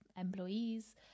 employees